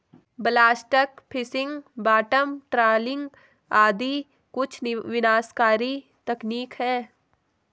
blast fishing, bottom trawling आदि कुछ विनाशकारी तकनीक है